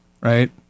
right